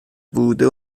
بوده